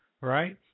Right